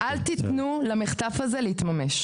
אל תיתנו למחטף הזה להתממש.